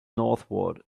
northward